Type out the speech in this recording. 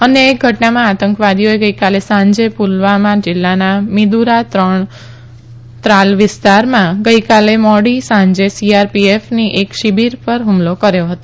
અન્ય એક ઘટનામાં આતંકવાદીઓએ ગઈકાલે સાંજુ પુલવામા જીલ્લાના મિદુરા ત્રણ વિસ્તારમાં ગઈકાલે મોડી સાંજે સીઆરપીએફની એક શિબિર પર હુમલો કર્યો હતો